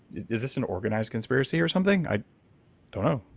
is this an organized conspiracy or something? i don't know.